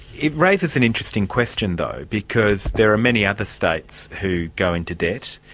it raises an interesting question though because there are many other states who go into debt,